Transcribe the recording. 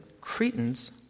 Cretans